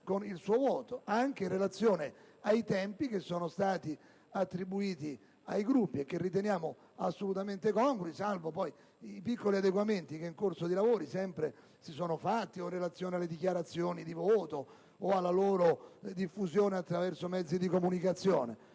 con il suo voto anche in relazione ai tempi che sono stati attribuiti ai Gruppi e che riteniamo congrui, salvo poi i piccoli adeguamenti che nel corso dei lavori sempre si sono fatti, in relazione o alle dichiarazioni di voto o alla loro diffusione attraverso mezzi di comunicazione.